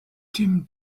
tim